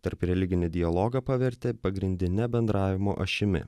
tarpreliginį dialogą pavertė pagrindine bendravimo ašimi